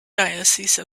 diocese